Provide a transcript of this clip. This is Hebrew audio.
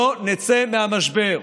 לא נצא מהמשבר.